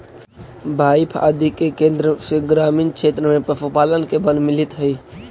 बाएफ आदि के केन्द्र से ग्रामीण क्षेत्र में पशुपालन के बल मिलित हइ